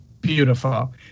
Beautiful